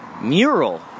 mural